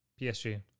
PSG